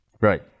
Right